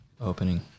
Opening